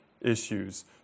issues